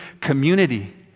community